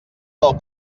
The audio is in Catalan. del